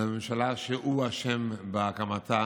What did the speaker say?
על הממשלה שהוא אשם בהקמתה